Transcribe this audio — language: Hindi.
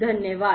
धन्यवाद